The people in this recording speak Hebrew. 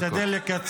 אני אשתדל לקצר,